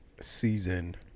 season